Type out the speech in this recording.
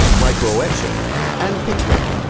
micro-etching and pickling.